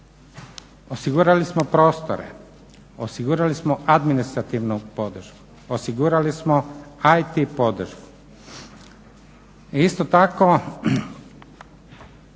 Osigurali smo prostore, osigurali smo administrativnu podršku, osigurali smo IT podršku. Isto tako,